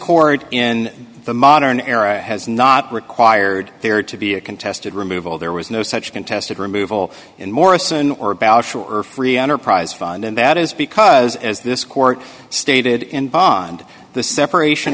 court in the modern era has not required there to be a contested removal there was no such contested removal in morrison or a ballot for free enterprise fund and that is because as this court stated in bond the separation